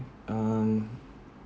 um